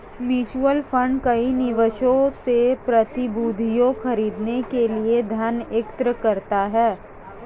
mutual fund कई निवेशकों से प्रतिभूतियां खरीदने के लिए धन एकत्र करता है